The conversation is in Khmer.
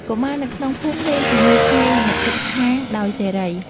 កុមារនៅក្នុងភូមិលេងជាមួយក្មេងអ្នកជិតខាងដោយសេរី។